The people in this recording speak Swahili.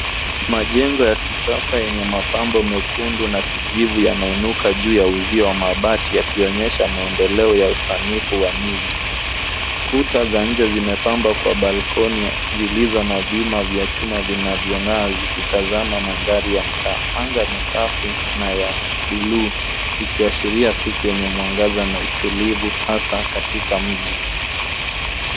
Majengo ya kisasa yenye mapambo mekundu na kijivu yanainuka juu ya uzio wa mabati yakionyesha maendeleo ya usanifu wa miji. Kuta za nje zimepambwa kwa balkoni vilivyo vya chuma vinavyongaa vikitazama mandhari ya mtaani. Anga ni safi na ya buluu ikiashiria siku yenye mwangaza na utulivu hasa katika mji.